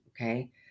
okay